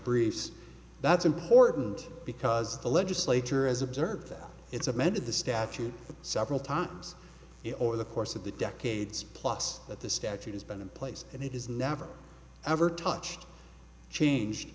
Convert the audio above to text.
briefs that's important because the legislature is observed that it's amended the statute several times over the course of the decades plus that the statute has been in place and it is never ever touch changed